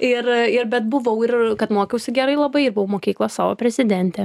ir ir bet buvau ir kad mokiausi gerai labai buvau mokyklos savo prezidentė